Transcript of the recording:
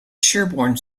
sherborne